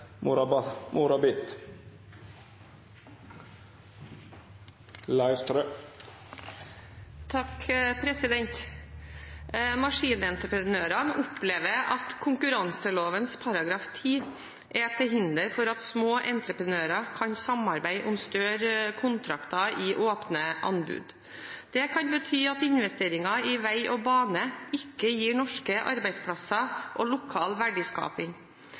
hinder for at små entreprenører kan samarbeide om større kontrakter i åpne anbud. Det kan bety at investeringer i veg og bane ikke gir norske arbeidsplasser og lokal verdiskaping.